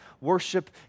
worship